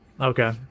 Okay